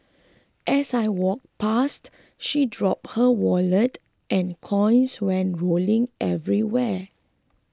as I walked past she dropped her wallet and coins went rolling everywhere